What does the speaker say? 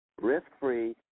risk-free